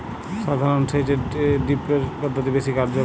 সাধারণ সেচ এর চেয়ে ড্রিপ সেচ পদ্ধতি বেশি কার্যকর